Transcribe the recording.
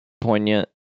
poignant